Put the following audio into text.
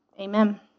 amen